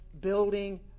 building